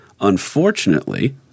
Unfortunately